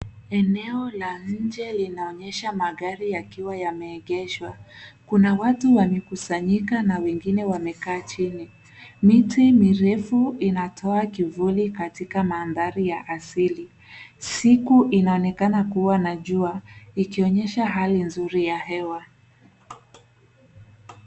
Eneo la nje linaonyesha magari yakiwa yameegeshwa. Kuna watu wamekusanyika na wengine wamekaa chini. Miti mirefu inatoa kivuli katika mandhari ya asili. Siku inaonekana kuwa na jua ikionyesha hali nzuri ya hewa.